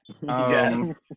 Yes